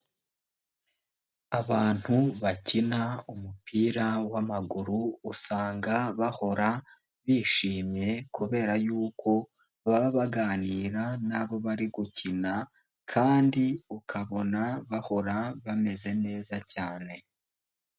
Abantu bakina umupira w'amaguru, usanga bahora bishimye kubera yuko baba baganira n'abo bari gukina kandi ukabona bahora bameze neza cyane.